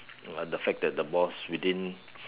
uh the fact that the boss within